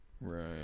Right